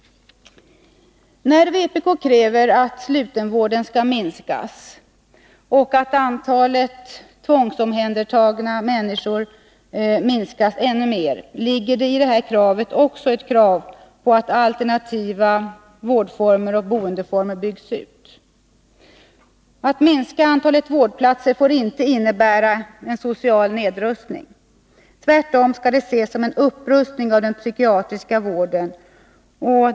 När vpk kräver att den slutna vården skall minskas och att antalet tvångsomhändertagna minskas ännu mer, ligger det i detta krav också ett krav på att alternativa vårdoch boendeformer byggs ut. Att minska antalet vårdplatser får inte innebära en social nedrustning — tvärtom skall det ses som en upprustning av den psykiatriska vården.